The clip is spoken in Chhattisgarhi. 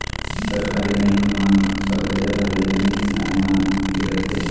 सहकारी बेंक म सबले जादा लेन देन किसाने मन के रथे